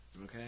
Okay